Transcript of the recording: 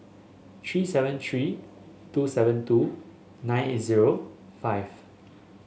three seven three two seven two nine eight zero five